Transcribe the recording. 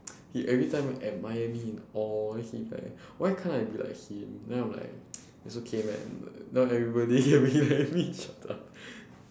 he everytime like admire me in awe he like why can't I be like him then I'm like it's okay man not everybody will be like me shut up